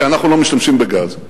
כי אנחנו לא משתמשים בגז.